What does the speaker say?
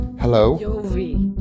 hello